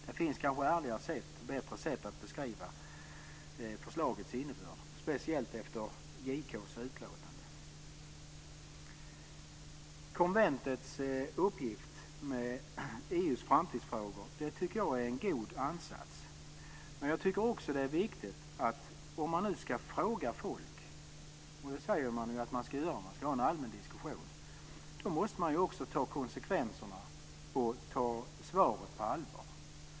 Det finns kanske bättre och ärligare sätt att beskriva förslagets innebörd, speciellt efter JK:s utlåtande. Konventets uppgift med EU:s framtidsfrågor tycker jag är en god ansats. Men en sak tycker jag är viktig: Om man nu ska fråga folk - och det säger man att man ska; man ska ha en allmän diskussion - måste man ju också ta konsekvenserna och ta svaret på allvar.